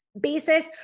basis